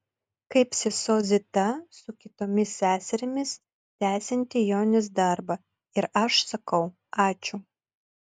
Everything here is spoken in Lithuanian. kaip sesuo zita su kitomis seserimis tęsianti jonės darbą ir aš sakau ačiū